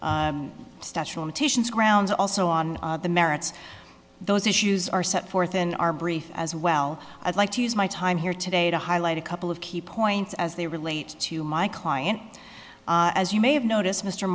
limitations grounds also on the merits those issues are set forth in our brief as well i'd like to use my time here today to highlight a couple of key points as they relate to my client as you may have noticed m